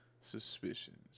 suspicions